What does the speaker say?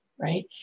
right